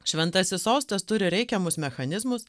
šventasis sostas turi reikiamus mechanizmus